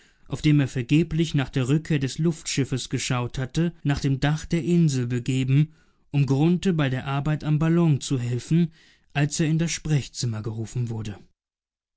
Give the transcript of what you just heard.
auf dem er vergeblich nach der rückkehr des luftschiffes ausgeschaut hatte nach dem dach der insel begeben um grunthe bei der arbeit am ballon zu helfen als er in das sprechzimmer gerufen wurde